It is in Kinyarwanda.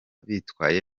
bitwaye